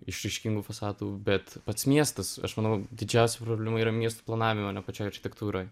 išraiškingų fasadų bet pats miestas aš manau didžiausia problema yra miestų planavime ne pačioj architektūroj